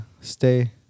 stay